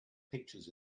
pictures